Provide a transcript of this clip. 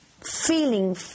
feeling